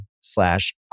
slash